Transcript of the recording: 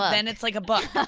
but then it's like a book.